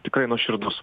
tikrai nuoširdus